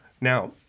Now